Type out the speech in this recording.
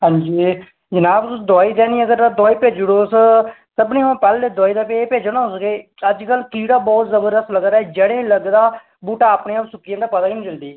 हांजी एह् जनाब तुस दोआई देनी अगर दोआई भेज्जी ओड़ो तुस सभनें हां पैह्लें दोआई दा ते भेज्जो ना तुस अजकल कीड़ा बहुत जबरदस्त लग्गै दा एह् जड़ें लग्गै दा बूह्टा अपने आप सुक्की जंदा पता गै निं चलदा